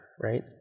right